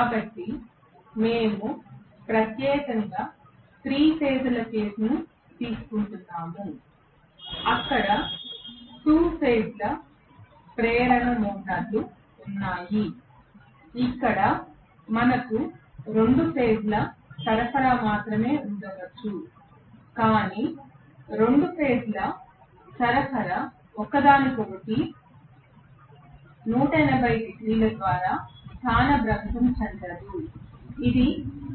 కాబట్టి మేము ప్రత్యేకంగా 3 ఫేజ్ ల కేసును తీసుకుంటున్నాము అక్కడ 2 ఫేజ్ ల ప్రేరణ మోటార్లు ఉన్నాయి ఇక్కడ మనకు 2 ఫేజ్ల సరఫరా మాత్రమే ఉండవచ్చు కానీ 2 ఫేజ్ ల సరఫరా ఒకదానికొకటి 180 డిగ్రీల ద్వారా స్థానభ్రంశం చెందదు ఇది